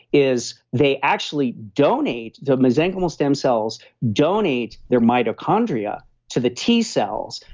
is they actually donate, the mesenchymal stem cells, donate their mitochondria to the t cells,